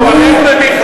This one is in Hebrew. הוא הולך למכללה,